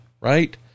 right